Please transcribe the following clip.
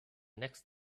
next